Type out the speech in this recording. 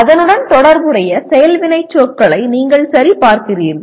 எனவே அதனுடன் தொடர்புடைய செயல் வினைச்சொற்களை நீங்கள் சரிபார்க்கிறீர்கள்